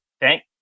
thank